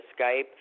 Skype